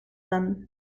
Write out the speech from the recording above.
them